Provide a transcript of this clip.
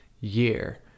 year